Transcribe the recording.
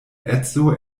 edzo